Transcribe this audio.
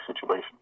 situation